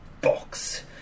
box